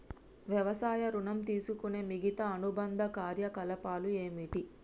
వ్యవసాయ ఋణం తీసుకునే మిగితా అనుబంధ కార్యకలాపాలు ఏమిటి?